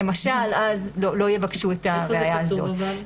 אז לא יבקשו את הראיה הזאת.